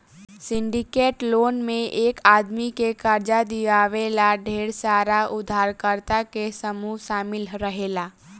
syndicate loan में एक आदमी के कर्जा दिवावे ला ढेर सारा उधारकर्ता के समूह शामिल रहेला